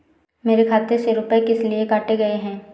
मेरे खाते से रुपय किस लिए काटे गए हैं?